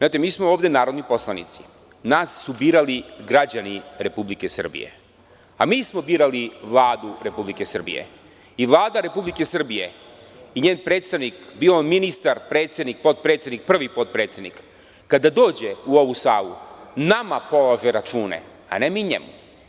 Mi smo ovde narodni poslanici, nas su birali građani Republike Srbije, a mi smo birali Vladu Republike Srbije i Vlada Republike Srbije i njen predstavnik, bio on ministar, predsednik, potpredsednik, prvi potpredsednik, kada dođe u ovu salu nama polaže račune, a ne mi njemu.